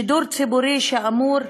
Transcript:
שידור ציבורי שאמור,